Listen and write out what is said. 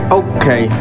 okay